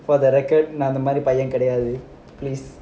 for the record அந்த மாதிரி பையன் கிடையாது:antha maathiri paiyan kidaiyaathu please